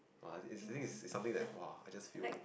oh it's it's I think it's something that !wah! I just feel